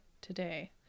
today